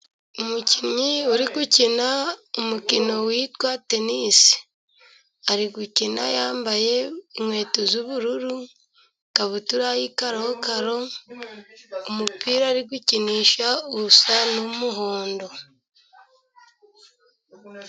Umukinnyi uri gukina umukino witwa tenisi, ari gukina yambaye inkweto z'ubururu, ikabutura y'ikarokaro, umupira ari gukinisha usa n'umuhondo.